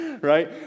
right